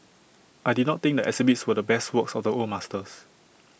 I did not think the exhibits were the best works of the old masters